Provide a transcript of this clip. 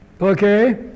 okay